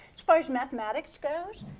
as far as mathematics goes,